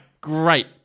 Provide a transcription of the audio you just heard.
great